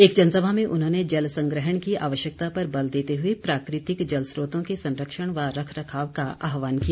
एक जनसभा में उन्होंने जल संग्रहण की आवश्यकता पर बल देते हुए प्राकृतिक जल स्रोतों के संरक्षण व रखरखाव का आह्वान किया